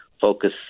focus